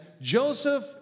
Joseph